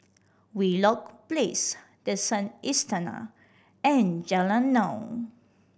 Wheelock Place The Sun Istana and Jalan Naung